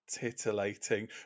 titillating